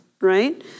right